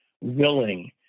willing